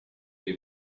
dei